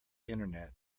internet